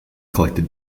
collected